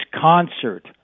concert